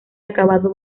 acabado